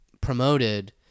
promoted